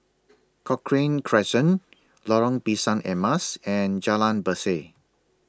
Cochrane Crescent Lorong Pisang Emas and Jalan Berseh